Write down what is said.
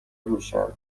میشوند